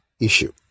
issue